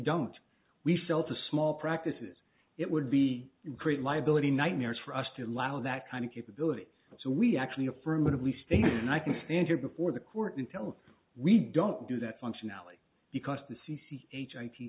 don't we felt a small practices it would be great liability nightmares for us to allow that kind of capability so we actually affirmatively state and i can stand here before the court until we don't do that functionality because the c c h i